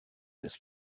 this